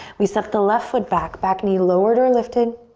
we step the left foot back. back knee lowered or lifted.